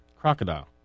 Crocodile